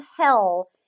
hell